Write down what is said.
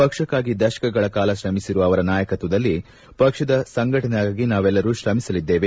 ಪಕ್ಷಕ್ಕಾಗಿ ದಶಕಗಳ ಕಾಲ ಶ್ರಮಿಸಿರುವ ಅವರ ನಾಯಕತ್ತದಲ್ಲಿ ಪಕ್ಷದ ಸಂಘಟನೆಗಾಗಿ ನಾವೆಲ್ಲರೂ ಶ್ರಮಿಸಲಿದ್ದೇವೆ